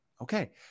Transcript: okay